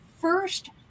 first